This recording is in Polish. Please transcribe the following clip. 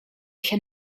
się